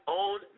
own